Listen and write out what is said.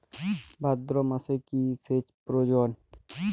ভাদ্রমাসে কি সেচ প্রয়োজন?